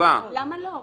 --- למה לא?